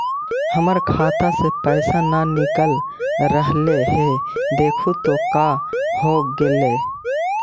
हमर खतवा से पैसा न निकल रहले हे देखु तो का होगेले?